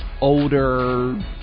older